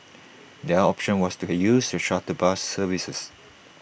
the option was to use the shuttle bus services